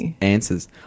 answers